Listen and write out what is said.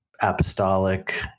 apostolic